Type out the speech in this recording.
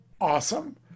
awesome